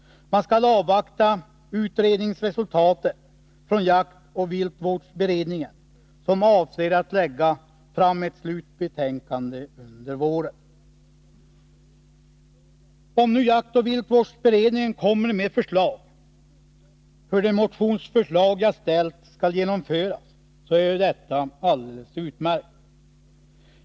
Man skall avvakta utredningsresultatet från jaktoch viltvårdsberedningen, som avser att lägga fram ett slutbetänkande under våren. Om nu jaktoch viltvårdsberedningen kommer med förslag om hur de motionsförslag som jag ställt skall genomföras, är detta alldeles utmärkt.